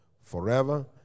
forever